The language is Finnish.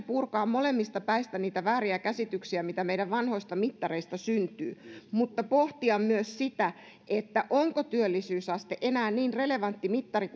purkaa molemmista päistä niitä vääriä käsityksiä mitä meidän vanhoista mittareista syntyy mutta pohtia myös sitä onko työllisyysaste enää niin relevantti mittari